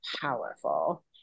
powerful